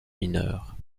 mineurs